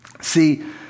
See